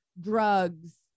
drugs